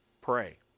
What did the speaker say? pray